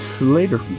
later